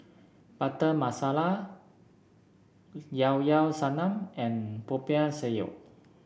Butter Masala Llao Llao Sanum and Popiah Sayur